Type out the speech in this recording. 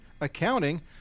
accounting